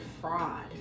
fraud